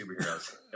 superheroes